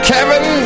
Kevin